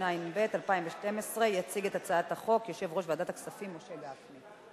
התשע"ב 2012. יציג את הצעת החוק יושב-ראש ועדת הכספים משה גפני.